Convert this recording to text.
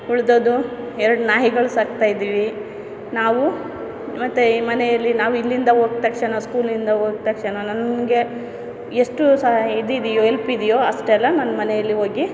ಉಳಿದದ್ದು ಎರಡು ನಾಯಿಗಳು ಸಾಕ್ತಾಯಿದ್ದೀವಿ ನಾವು ಮತ್ತೆ ಈ ಮನೆಯಲ್ಲಿ ನಾವು ಇಲ್ಲಿಂದ ಹೋದ ತಕ್ಷಣ ಸ್ಕೂಲಿಂದ ಹೋದ ತಕ್ಷಣ ನನಗೆ ಎಷ್ಟು ಸಹ ಇದಿದೆಯೋ ಎಲ್ಪ್ ಇದೆಯೋ ಅಷ್ಟೆಲ್ಲ ನಾನು ಮನೆಯಲ್ಲಿ ಹೋಗಿ